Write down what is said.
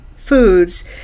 foods